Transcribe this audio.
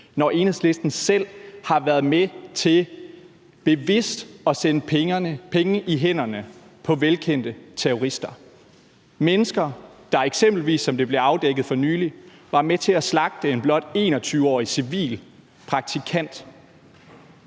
når Enhedslisten selv har været med til bevidst at sende penge i hænderne på velkendte terrorister. Det er mennesker, der eksempelvis, som det er blevet afdækket for nylig, var med til at slagte en blot 21-årig civil praktikant.